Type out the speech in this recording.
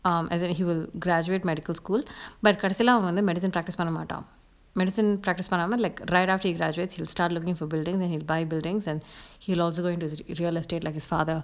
um as in he will graduate medical school but கடைசில அவன் வந்து:kadaisila avan vanthu medicine practice பண்ண மாட்டான்:panna mattan medicine practice பண்ணாம:pannama like right after he graduate he will start looking for building that he will buy buildings and he loves going to real estate like his father